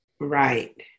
Right